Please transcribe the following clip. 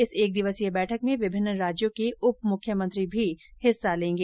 इस एकदिवसीय बैठक में विभिन्न राज्यों के उपमुख्यमंत्री भी हिस्सा लेंगे